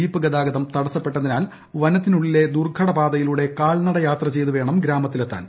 jeep ഗതാഗതം തടസ്സപ്പെട്ടതിനാൽ വനത്തിനുള്ളിലെ ദുർഘട പാതയിലൂടെ കാൽനട യാത്ര ചെയ്തു വേണം ഗ്രാമത്തിലെത്താൻ